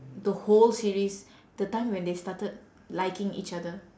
the whole series the time when they started liking each other